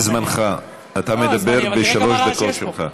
זה זמנך, אתה מדבר בשלוש הדקות שלך.